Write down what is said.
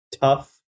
tough